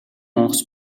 онгоц